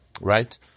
right